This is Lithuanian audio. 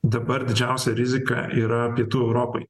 dabar didžiausia rizika yra pietų europai